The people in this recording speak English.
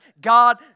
God